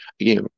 Again